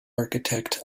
architect